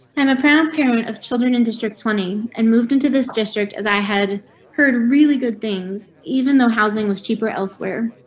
i'm a proud parent of children in district twenty and moved into this district as i had heard really good things. even though housing was cheaper elsewhere,